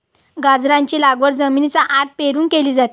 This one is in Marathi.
गाजराची लागवड जमिनीच्या आत पेरून केली जाते